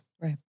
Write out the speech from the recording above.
Right